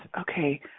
okay